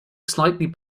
slightly